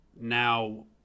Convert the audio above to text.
now